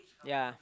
yeah